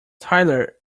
tyler